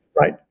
Right